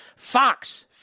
Fox